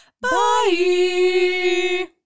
Bye